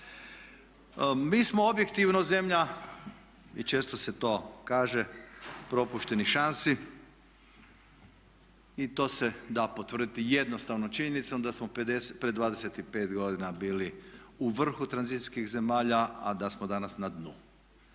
Mi smo objektivna zemlja i često se to kaže propuštenih šansi i to se da potvrditi jednostavnom činjenicom da smo pred 25 godina bili u vrhu tranzicijskih zemalja a da smo danas na dnu.